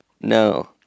no